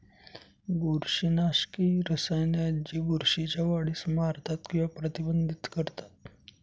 बुरशीनाशके ही रसायने आहेत जी बुरशीच्या वाढीस मारतात किंवा प्रतिबंधित करतात